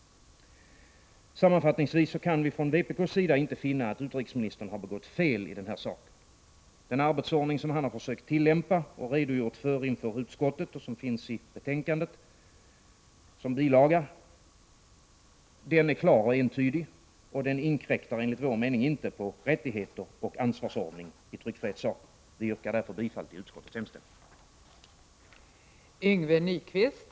Sammanfattningsvis kan vi från vpk:s sida inte finna att utrikesministern har begått fel i den här saken. Den arbetsordning som han har försökt tillämpa och redogjort för inför utskottet och som finns som bilaga till betänkandet är klar och entydig. Och den inkräktar enligt vår mening inte på rättigheter och ansvarsordning i tryckfrihetssak. Vi yrkar därför bifall till utskottets hemställan.